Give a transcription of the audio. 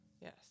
Yes